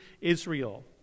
Israel